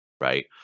right